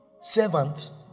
servant